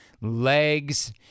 legs